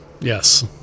yes